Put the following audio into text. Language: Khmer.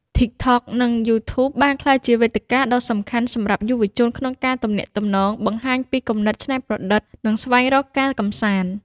TikTok និង YouTube បានក្លាយជាវេទិកាដ៏សំខាន់សម្រាប់យុវជនក្នុងការទំនាក់ទំនង បង្ហាញពីគំនិតច្នៃប្រឌិត និងស្វែងរកការកម្សាន្ត។